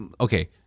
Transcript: okay